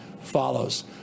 follows